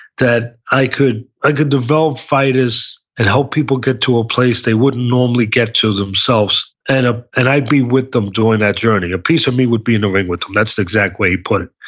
that i could i could develop fighters and help people get to a place they wouldn't normally get to, themselves, and ah and i'd be with them during that journey, a piece of me would be in the ring with them. that's the exact way he put it,